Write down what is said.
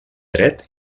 dret